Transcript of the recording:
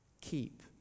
keep